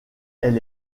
elle